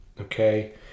okay